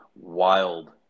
wild